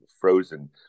frozen